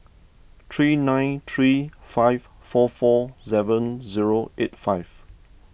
three nine three five four four seven zero eight five